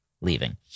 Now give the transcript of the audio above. leaving